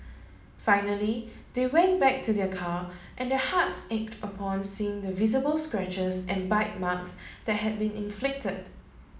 finally they went back to their car and their hearts ached upon seeing the visible scratches and bite marks that had been inflicted